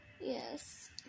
Yes